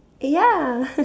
eh ya